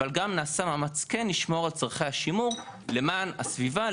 אבל גם נעשה מאמץ כן לשמור על צורכי השימור למען הסביבה,